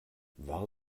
war